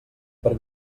per